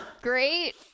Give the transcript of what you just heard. great